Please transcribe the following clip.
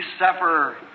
suffer